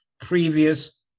previous